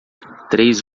três